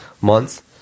months